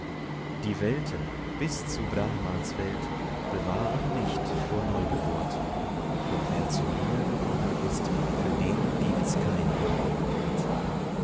die welten bis zu brahmans welt bewahren nicht vor neugeburt doch wer zu mir gekommen ist für den gibt's keine neugeburt